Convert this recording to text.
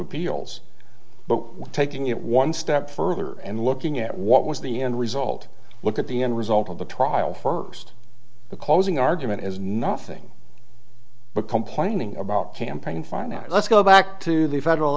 appeals but taking it one step further and looking at what was the end result look at the end result of the trial first the closing argument is nothing but complaining about campaign finance let's go back to the federal